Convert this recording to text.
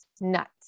nuts